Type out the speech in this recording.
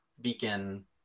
beacon